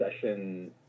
session